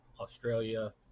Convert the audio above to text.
australia